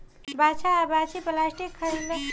बाछा आ बाछी प्लास्टिक खाइला पर ओकरा जान के भी खतरा हो जाला